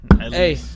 Hey